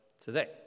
today